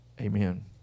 Amen